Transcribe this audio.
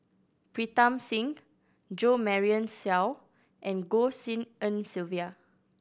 Pritam Singh Jo Marion Seow and Goh Tshin En Sylvia